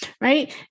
right